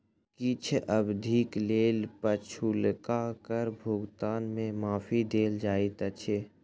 किछ अवधिक लेल पछुलका कर भुगतान के माफी देल जाइत अछि